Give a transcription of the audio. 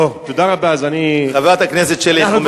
אוה, תודה רבה, חברת הכנסת שלי יחימוביץ, בבקשה.